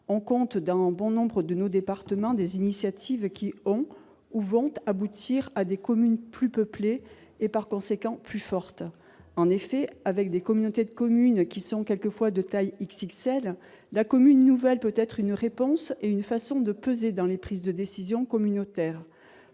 On compte, dans bon nombre de nos départements, des initiatives qui ont- ou vont -aboutir à des communes plus peuplées et, par conséquent, plus fortes. En effet, avec des communautés de communes de taille parfois « XXL », la commune nouvelle peut constituer une réponse adéquate pour peser davantage dans les prises de décisions communautaires.